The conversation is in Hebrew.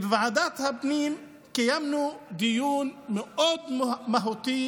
בוועדת הפנים קיימנו דיון מאוד מהותי